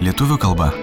lietuvių kalba